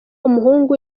umuhungu